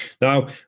Now